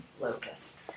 locus